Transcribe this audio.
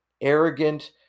arrogant